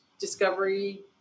discovery